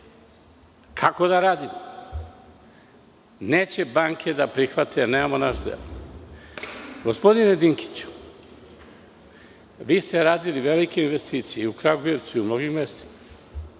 Kako da radimo? Neće banke da prihvate. Gospodine Dinkiću, vi ste radili velike investicije, i u Kragujevcu i u mnogim mestima.